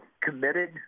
committed